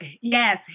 yes